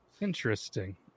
Interesting